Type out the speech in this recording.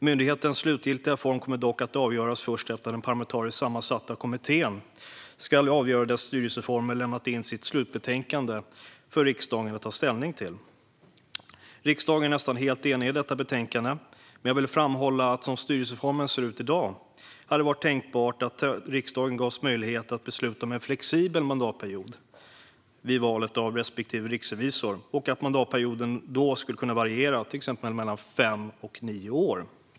Myndighetens slutliga form kommer dock att avgöras först efter att den parlamentariskt sammansatta kommittén som ska avgöra dess styrelseformer har lämnat sitt slutbetänkande för riksdagen att ta ställning till. Riksdagen är nästan helt enig i detta betänkande, men jag vill framhålla att som styrelseformen ser ut i dag hade det varit tänkbart att riksdagen gavs möjlighet att besluta om en flexibel mandatperiod vid valet av respektive riksrevisor och att mandatperioderna då skulle kunna variera, till exempel mellan fem och nio år.